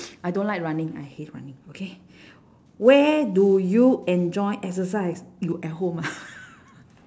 I don't like running I hate running okay where do you enjoy exercise you at home ah